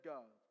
God